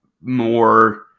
more